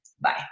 Bye